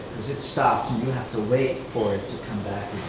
cause it stops and you have to wait for it to come back